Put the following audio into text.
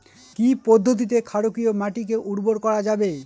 কি পদ্ধতিতে ক্ষারকীয় মাটিকে উর্বর করা যাবে?